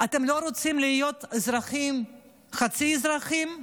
אתם לא רוצים להיות אזרחים חצי אזרחים?